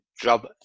job